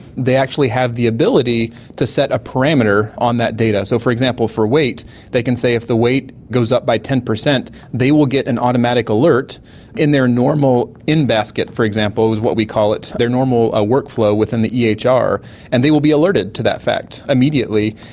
they actually have the ability to set a parameter on that data. so for example for weight they can say if the weight goes up by ten percent they will get an automatic alert in their normal in-basket, for example, is what we call it, their normal workflow within the ehr, and they will be alerted to that fact immediately.